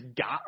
got